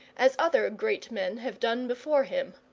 as other great men have done before him.